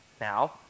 Now